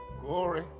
Glory